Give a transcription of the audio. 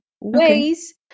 ways